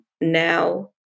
now